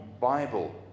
bible